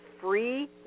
free